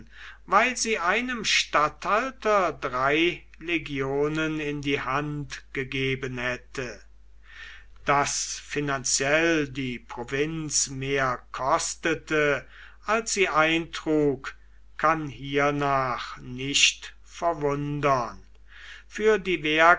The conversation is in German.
weil sie einem statthalter drei legionen in die hand gegeben hätte das finanziell die provinz mehr kostete als sie eintrug kann hiernach nicht verwundern für die